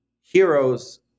heroes